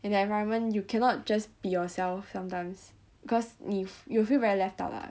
in the environment you cannot just be yourself sometimes cause 你 you'll feel very left out lah